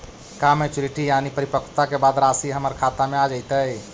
का मैच्यूरिटी यानी परिपक्वता के बाद रासि हमर खाता में आ जइतई?